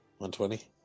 $120